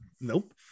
Nope